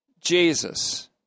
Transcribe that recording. Jesus